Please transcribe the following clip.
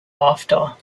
after